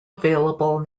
available